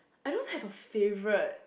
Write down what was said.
I don't have a favourite